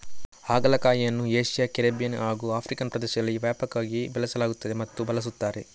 ಹಾಗಲಕಾಯಿಯನ್ನು Asia, Caribbean ಹಾಗೂ African ಪ್ರದೇಶದಲ್ಲಿ ವ್ಯಾಪಕವಾಗಿ ಬೆಳೆಸಲಾಗುತ್ತದೆ ಮತ್ತು ಬಳಸುತ್ತಾರೆ